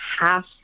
half